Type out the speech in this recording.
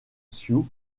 sioux